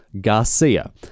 Garcia